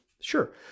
Sure